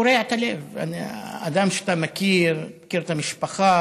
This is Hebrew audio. קורע את הלב: אדם שאתה מכיר, מכיר את המשפחה,